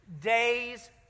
days